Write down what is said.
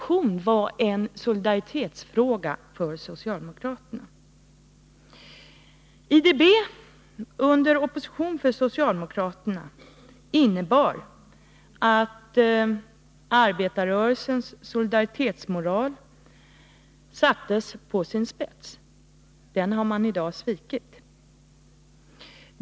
IDB var en solidaritetsfråga för socialdemokraterna när de var i opposition. Arbetarrörelsens solidaritetsmoral ställdes på sin spets. Den har mani dag svikit.